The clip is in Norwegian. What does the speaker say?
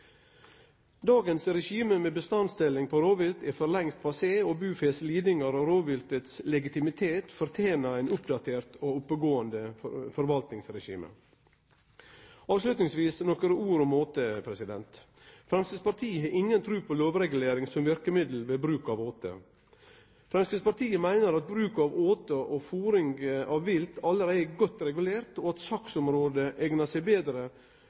Dagens regime med bestandsdeling på rovvilt er for lengst passé, lidingane til bufeet og legitimiteten til rovviltet fortener eit oppdatert og oppegåande forvaltingsregime. Avslutningsvis nokre ord om åte. Framstegspartiet har inga tru på lovregulering som verkemiddel ved bruk av åte. Framstegspartiet meiner at bruk av åte og fôring av vilt allereie er godt regulerte, og at saksområdet eignar seg betre